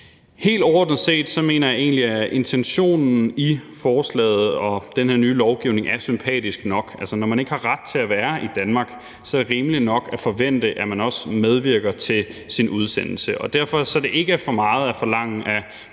Helt overordnet set mener jeg egentlig, at intentionen i forslaget og i den her nye lovgivning er sympatisk nok. Altså, når man ikke har ret til at være i Danmark, er det rimeligt nok at forvente, at man også medvirker til sin udsendelse. Og derfor er det som en del af lovgivningen